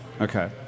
Okay